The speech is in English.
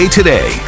Today